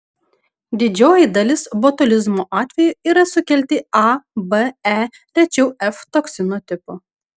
didžioji dalis botulizmo atvejų yra sukelti a b e rečiau f toksino tipų